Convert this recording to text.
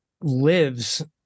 lives